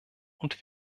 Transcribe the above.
und